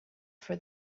for